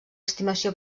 estimació